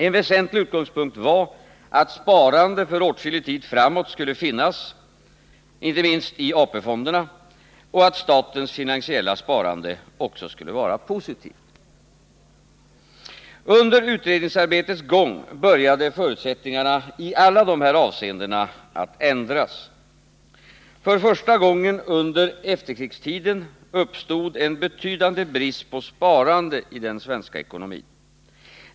En väsentlig utgångspunkt var att sparandet för åtskillig tid framåt skulle finnas inte minst i AP-fonderna och att statens finansiella sparande också skulle vara positivt. Under utredningsarbetets gång började förutsättningarna i alla de här avseendena att ändras. För första gången under efterkrigstiden uppstod en betydande brist på sparande i den svenska ekonomin.